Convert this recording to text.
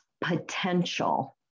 potential